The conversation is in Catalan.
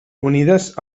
unides